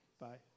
Bye